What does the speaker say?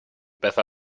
besser